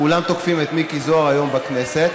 כולם תוקפים את מיקי זוהר היום בכנסת.